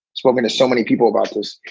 so um going to so many people about this.